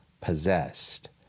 possessed